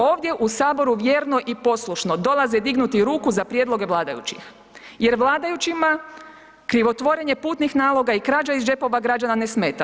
Ovdje u Saboru vjerno i poslušno dolaze dignuti ruku za prijedloge vladajućih jer vladajućima krivotvorenje putnih naloga i krađa iz džepova građana ne smeta.